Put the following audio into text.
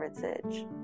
heritage